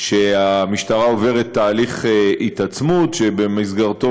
שהמשטרה עוברת תהליך התעצמות שבמסגרתו